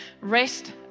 Rest